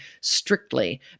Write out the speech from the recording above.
strictly